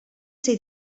ser